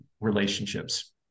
relationships